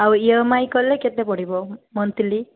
ଆଉ E M I କଲେ କେତେ ପଡ଼ିବ ମନ୍ଥଲି